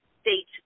state